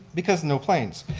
because no planes,